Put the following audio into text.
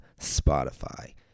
Spotify